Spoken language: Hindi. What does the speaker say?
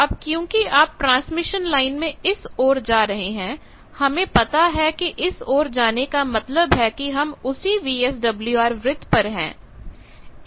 अब क्योंकि आप ट्रांसमिशन लाइन में इस ओर जा रहे हैं हमें पता है कि इस ओर जाने का मतलब है कि हम उसी VSWRवृत्त पर है